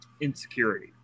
insecurity